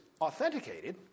authenticated